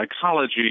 psychology